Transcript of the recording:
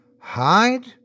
Hide